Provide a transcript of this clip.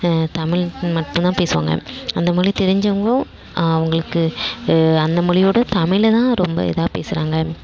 தமிழ் மட்டும்தான் பேசுவாங்க அந்த மொழி தெரிஞ்சவர்களும் அவங்களுக்கு அந்த மொழியோட தமிழை தான் ரொம்ப இதாக பேசுகிறாங்க